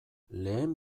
lehen